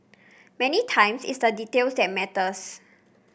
many times it's the details that matters